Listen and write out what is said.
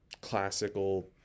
classical